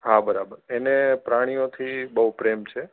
હા બરાબર એને પ્રાણીઓથી બહુ પ્રેમ છે